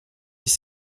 dix